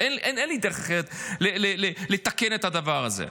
אין לי דרך אחרת לתקן את הדבר הזה.